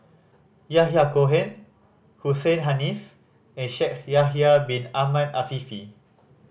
Yahya Cohen Hussein Haniff and Shaikh Yahya Bin Ahmed Afifi